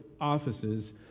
offices